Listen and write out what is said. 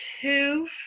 two